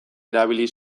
erabili